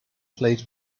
played